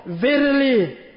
Verily